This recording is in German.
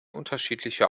unterschiedlicher